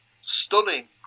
stunning